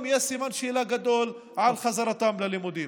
יש סימן שאלה גדול על חזרתם ללימודים.